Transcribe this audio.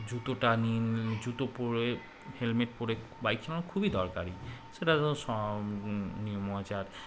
জুতোটা নিন জুতো পরে হেলমেট পরে বাইক চালানো খুবই দরকারি সেটা তো সব মজার